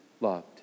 loved